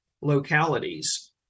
localities